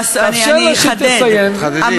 אני אחדד, תחדדי.